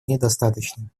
недостаточными